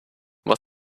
what